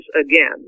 again